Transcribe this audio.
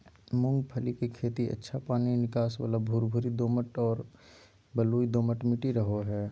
मूंगफली के खेती अच्छा पानी निकास वाला भुरभुरी दोमट आर बलुई दोमट मट्टी रहो हइ